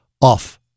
off